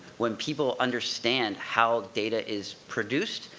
when people understand how data is produced,